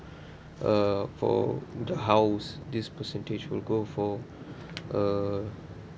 uh for the house this percentage will go for uh